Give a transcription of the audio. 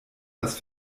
das